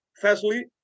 firstly